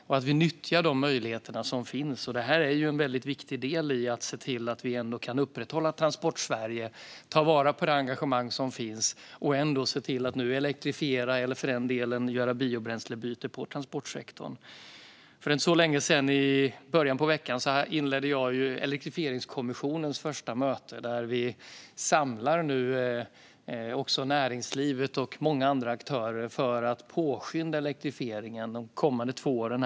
Vi ska nyttja de möjligheter som finns, och det här är en viktig del i att se till att vi kan upprätthålla Transportsverige och ta vara på det engagemang som finns och ändå se till att nu elektrifiera eller, för den delen, göra biobränslebyte i transportsektorn. För inte så länge sedan, i början av veckan, inledde jag Elektrifieringskommissionens första möte. Där samlar vi nu näringslivet och många andra aktörer för att påskynda elektrifieringen i Sverige de kommande två åren.